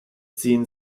ziehen